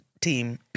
team